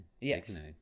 Yes